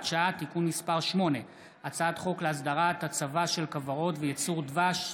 שעה) (תיקון מס' 8); הצעת חוק להסדרת הצבה של כוורות וייצור דבש,